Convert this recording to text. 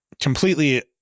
completely